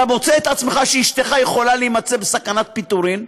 אתה מוצא שאשתך יכולה להימצא בסכנת פיטורים,